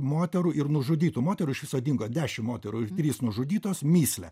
moterų ir nužudytų moterų iš viso dingo dešim moterų trys nužudytos mįslę